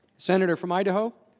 senator from idaho.